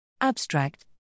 Abstract